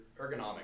ergonomic